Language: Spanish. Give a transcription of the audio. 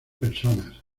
personas